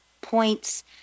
points